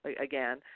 again